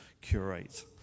curate